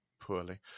poorly